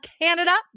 Canada